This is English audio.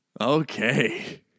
Okay